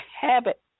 habit